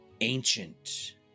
ancient